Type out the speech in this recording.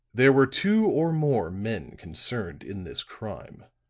there were two or more men concerned in this crime,